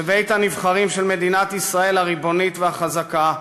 בבית-הנבחרים של מדינת ישראל הריבונית והחזקה,